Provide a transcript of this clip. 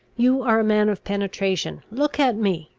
you are a man of penetration look at me!